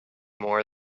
more